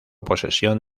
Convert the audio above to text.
posesión